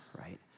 right